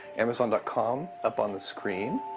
amazon dot com up on the screen.